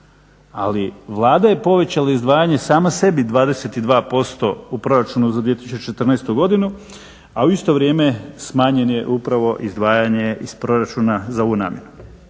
ali Vlada je povećala izdvajanje sama sebi 22% u proračunu za 2014. godinu, a u isto vrijeme smanjeno je upravo izdvajanje iz proračuna za ovu namjenu.